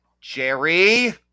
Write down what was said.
jerry